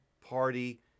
Party